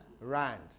rand